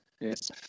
Yes